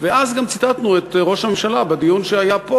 ואז גם ציטטנו את ראש הממשלה בדיון שהיה פה,